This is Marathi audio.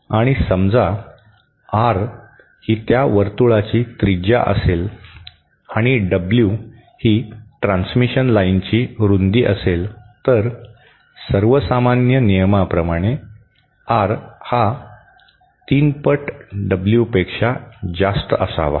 आणि समजा आर त्या वर्तुळाची त्रिज्या असेल आणि डब्ल्यू ट्रान्समिशन लाइनची रूंदी असेल तर सर्वसामान्य नियमाप्रमाणे आर हा तीन पट डब्ल्यूपेक्षा जास्त असावा